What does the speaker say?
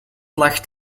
lacht